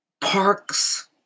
parks